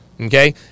Okay